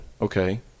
Okay